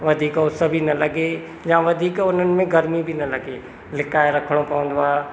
वधीक उस बि न लगे या वधीक उन्हनि में गर्मी बि न लॻे लिकाए रखिणो पवंदो आहे